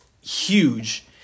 huge